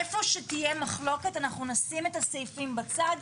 איפה שתהיה מחלוקת אנחנו נשים את הסעיפים בצד.